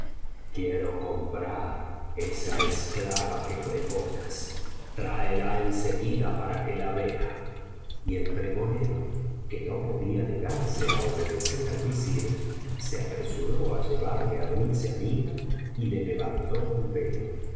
quiero comprar esa esclava que pregonas tráela en seguida para que la vea y el pregonero que no podía negarse á obedecer al visir se apresuró á llevarle á dulce amiga y le levantó el velo